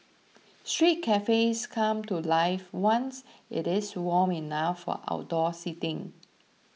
street cafes come to life once it is warm enough for outdoor seating